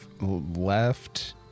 left